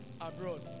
abroad